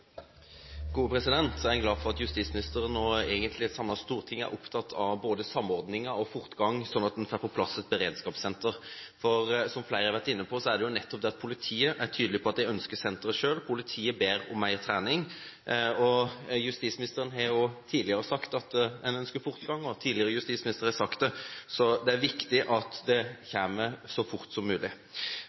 glad for at justisministeren, og egentlig et samlet storting, er opptatt av både samordning og fortgang, sånn at en får på plass et beredskapssenter. Flere har vært inne på at nettopp politiet selv er tydelig på at de ønsker senteret, politiet ber om mer trening. Justisministeren har også tidligere sagt at en ønsker fortgang, og tidligere justisministre har sagt det, så det er viktig at det kommer så fort som mulig.